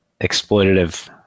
exploitative